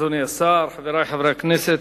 אדוני השר, חברי חברי הכנסת,